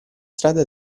strada